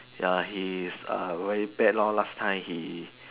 ya he's a very bad lor last time he